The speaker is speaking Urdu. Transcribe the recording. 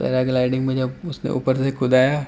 پیرا گلائڈنگ میں جب اس نے اوپر سے ہی کودایا